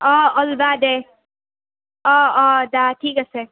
অঁ অলবা দে অঁ অঁ দা ঠিক আছে